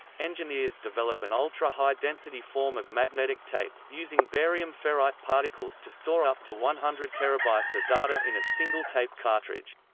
engineers develop an ultra-high-density form of magnetic tape, using barium ferrite particles to store up to one hundred terabytes of data in a single tape cartridge.